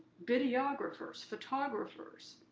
videographers, photographers,